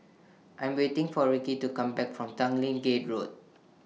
I Am waiting For Rickey to Come Back from Tanglin Gate Road